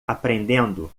aprendendo